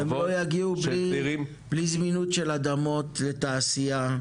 הם לא יגיעו בלי זמינות של אדמות לתעשייה,